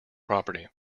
property